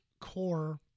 core